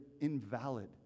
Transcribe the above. invalid